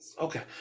okay